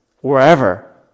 wherever